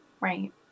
Right